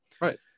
right